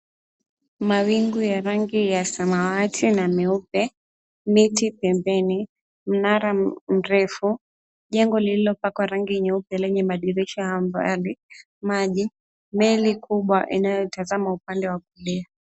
Mawingu ya rangi ya samawati na meupe, miti pembeni, mnara mrefu, jengo lililopakwa rangi nyeupe yenye madirisha ya mbali, maji, meli kubwa inayotazama upande wa kulia.